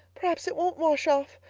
perhaps it won't wash off.